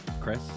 Chris